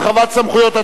הרחבת סמכויות),